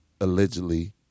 allegedly